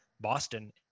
Boston